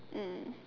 mm